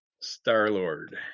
Star-Lord